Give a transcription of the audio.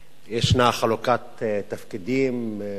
יש חלוקת תפקידים זו או אחרת,